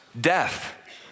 death